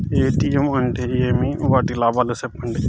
ATM అంటే ఏమి? వాటి లాభాలు సెప్పండి